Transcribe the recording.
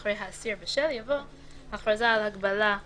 ברישה אחרי "בהליך פלילי"